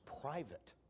private